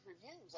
reviews